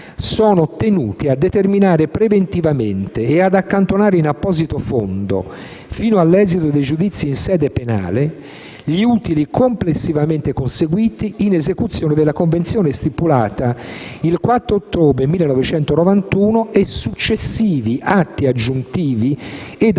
«sono tenuti a determinare preventivamente e ad accantonare in apposito fondo fino all'esito dei giudizi in sede penale gli utili complessivamente conseguiti in esecuzione della convenzione stipulata il 4 ottobre 1991 e successivi atti aggiuntivi e attuativi,